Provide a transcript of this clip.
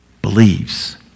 Believes